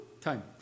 time